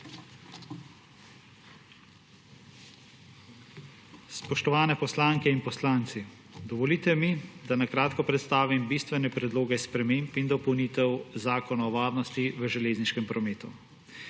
Spoštovane poslanke in poslanci! Dovolite mi, da na kratko predstavim bistvene predloge sprememb in dopolnitev Zakona o varnosti v železniškem prometu.